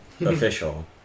Official